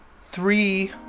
three